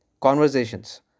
Conversations